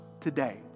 today